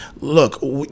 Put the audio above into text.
Look